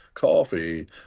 coffee